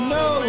no